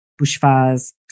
bushfires